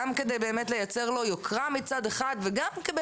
גם כדי לייצר לו יוקרה מצד אחד וגם כדי